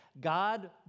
God